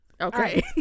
Okay